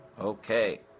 Okay